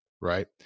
right